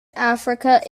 africa